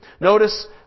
Notice